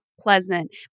pleasant